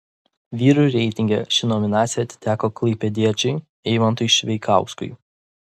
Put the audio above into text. vyrų reitinge ši nominacija atiteko klaipėdiečiui eimantui šveikauskui